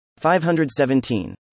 517